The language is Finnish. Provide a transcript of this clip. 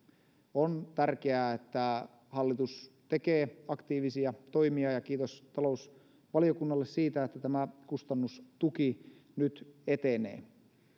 on tärkeää että hallitus tekee aktiivisia toimia ja kiitos talousvaliokunnalle siitä että tämä kustannustuki nyt etenee